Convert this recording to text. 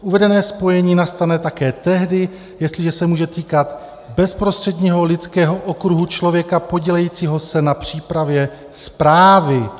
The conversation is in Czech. Uvedené spojení nastane také tehdy, jestliže se může týkat bezprostředního lidského okruhu člověka podílejícího se na přípravě zprávy.